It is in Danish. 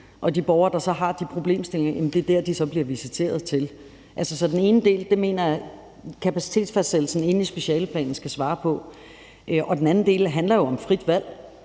de borgere, der har de problemstillinger, bliver visiteret til. Så den ene del mener jeg at kapacitetsfastsættelsen inde i specialeplanen skal svare på. Den anden del handler jo om frit valg,